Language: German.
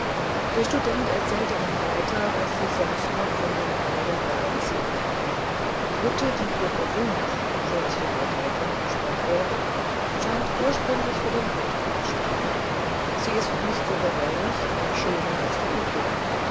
der student erzählte dann weiter was sie sonst noch von dem lager der räuber gesehen die hütte die ihr bewohnt schönste frau gräfin sprach er scheint ursprünglich für den hauptmann bestimmt sie ist nicht so geräumig aber schöner als die übrigen